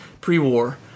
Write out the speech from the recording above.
pre-war